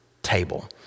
table